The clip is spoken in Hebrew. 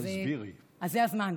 זה הזמן.